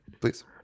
please